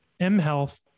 MHealth